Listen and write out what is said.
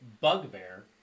bugbear